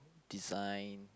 design